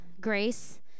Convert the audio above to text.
grace